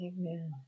Amen